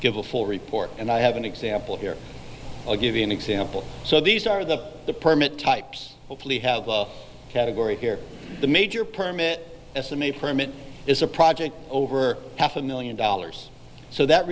give a full report and i have an example here i'll give you an example so these are the the permit types hopefully have a category here the major permit estimate permit is a project over half a million dollars so that